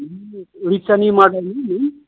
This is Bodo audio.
रिचानि मादार